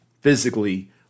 physically